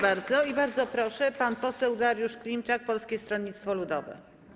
Bardzo proszę, pan poseł Dariusz Klimczak, Polskie Stronnictwo Ludowe.